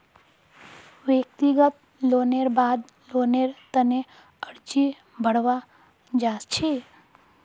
व्यक्तिगत लोनेर बाद लोनेर तने अर्जी भरवा सख छि